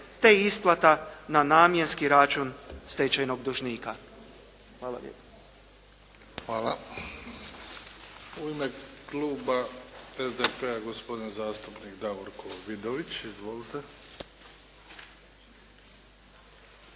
te isplata na namjenski račun stečajnog dužnika. Hvala lijepa. **Bebić, Luka (HDZ)** Hvala. U ime Kluba SDP-a gospodin zastupnik Davorko Vidović. Izvolite.